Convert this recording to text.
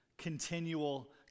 continual